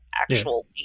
actual